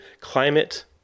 climate